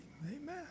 Amen